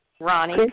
Ronnie